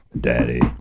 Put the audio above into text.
daddy